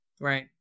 Right